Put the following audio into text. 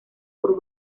por